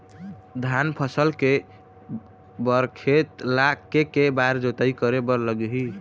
धान फसल के बर खेत ला के के बार जोताई करे बर लगही?